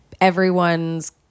everyone's